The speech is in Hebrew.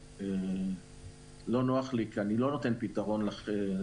לכן לא נוח לי המצב, כי אני לא נותן פתרון למחר,